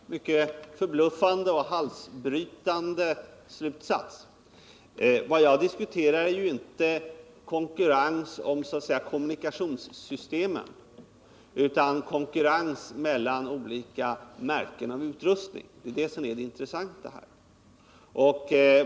Herr talman! Det var en mycket förbluffande och halsbrytande slutsats. Vad jag diskuterar är ju inte konkurrens mellan kommunikationssystem utan konkurrens mellan olika märken när det gäller utrustningen. Detta är det intressanta här.